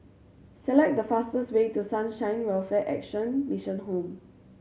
select the fastest way to Sunshine Welfare Action Mission Home